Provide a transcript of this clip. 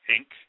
Inc